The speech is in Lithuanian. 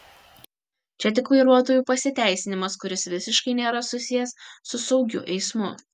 čia tik vairuotojų pasiteisinimas kuris visiškai nėra susijęs su saugiu eismu